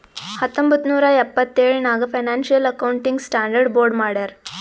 ಹತ್ತೊಂಬತ್ತ್ ನೂರಾ ಎಪ್ಪತ್ತೆಳ್ ನಾಗ್ ಫೈನಾನ್ಸಿಯಲ್ ಅಕೌಂಟಿಂಗ್ ಸ್ಟಾಂಡರ್ಡ್ ಬೋರ್ಡ್ ಮಾಡ್ಯಾರ್